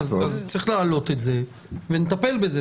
צריך להעלות את זה ונטפל בזה.